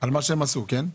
על מה שהם עשו, כן?